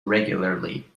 regularly